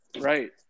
Right